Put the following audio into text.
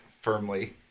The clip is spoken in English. firmly